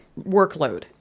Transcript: workload